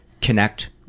connect